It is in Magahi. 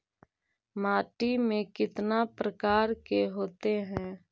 माटी में कितना प्रकार के होते हैं?